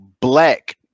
black